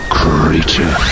creature